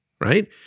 right